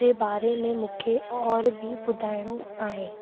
जे बारे में मूंखे और बि ॿुधाइणो आहे